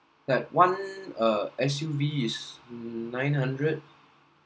like one err S_U_V is nine hundred